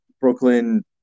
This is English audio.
Brooklyn